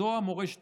זו המורשת